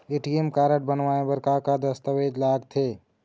ATM card बनवाए बर का का दस्तावेज लगथे?